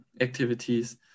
activities